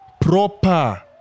proper